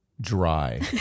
Dry